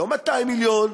לא 200 מיליון,